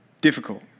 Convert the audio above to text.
difficult